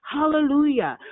Hallelujah